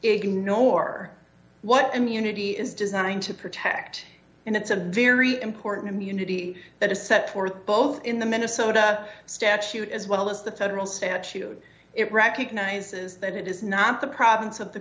ignore what immunity is designed to protect and it's a very important immunity that is set forth both in the minnesota statute as well as the federal statute it recognizes that it is not the pro